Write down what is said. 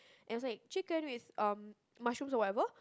and also like chicken with um mushrooms or whatever